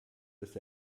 dass